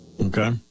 Okay